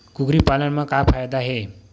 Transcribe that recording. कुकरी पालन म का फ़ायदा हे?